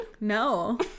No